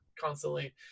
constantly